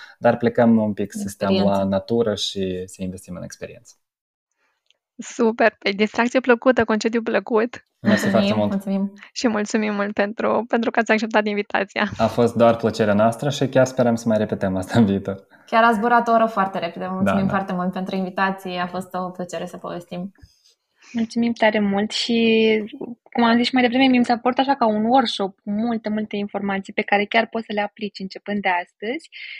Dar plecăm un pic să stăm la Experiență. natură și să investim în experiență. Super! Păi, distracție plăcută, concediu plăcut. Mulțumim foarte Mulțumim, mult. mulțumim. Și mulțumim mult pentru- pentru că ați acceptat invitația. A fost doar plăcerea noastră și chiar sperăm să mai repetăm asta în viitor. Chiar a zburat o oră foarte repede. Vă Da, mulțumim da. foarte mult pentru invitație. A fost o plăcere să povestim. Mulțumim tare mult și, cum am zis și mai devreme, mi- mi s-a părut așa ca un workshop, multe, multe informații pe care chiar poți să le aplici începând de astăzi.